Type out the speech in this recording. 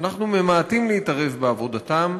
ואנחנו ממעטים להתערב בעבודתם.